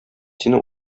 сине